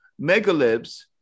megalibs